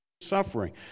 suffering